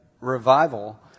revival